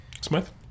Smith